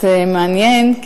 זה מעניין,